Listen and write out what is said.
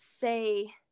say